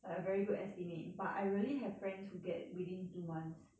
like a very good estimate but I really have friends who get within two months